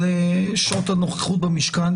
שעות הנוכחות במשכן.